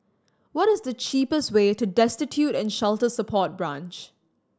what is the cheapest way to Destitute and Shelter Support Branch